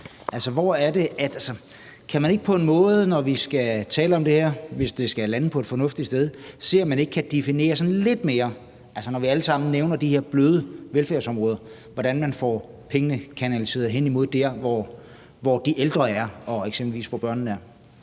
kan man ikke på en måde, når vi skal tale om det her, hvis det skal lande på et fornuftigt sted, se, om man ikke kan definere det sådan lidt mere – når vi alle sammen nævner de her bløde velfærdsområder – i forhold til hvordan man får pengene kanaliseret hen imod der, hvor de ældre er, og hvor eksempelvis børnene er?